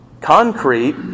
concrete